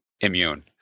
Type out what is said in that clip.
immune